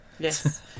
Yes